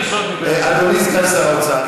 אדוני סגן שר האוצר,